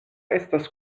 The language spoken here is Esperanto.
estas